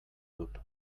dut